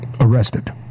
arrested